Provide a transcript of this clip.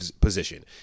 position